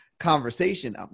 conversation